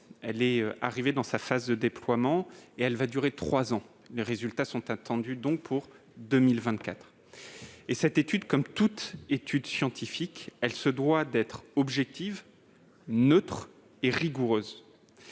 elle est arrivée dans sa phase de déploiement et va durer trois ans ; ses résultats sont donc attendus pour 2024. Comme toute étude scientifique, celle-ci se doit d'être objective, neutre et rigoureuse.